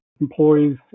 employees